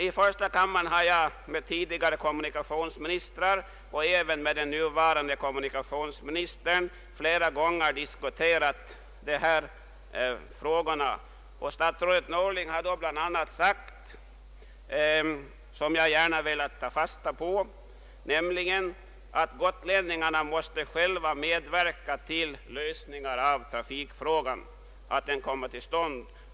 I första kammaren har jag med tidigare kommunikationsministrar och även med den nuvarande flera gånger diskuterat dessa frågor. Statsrådet Norling har då bl.a. sagt, vilket jag gärna velat ta fasta på, att gotlänningarna själva måste medverka till att lösningar av trafikfrågan kommer till stånd.